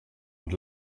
und